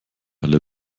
alle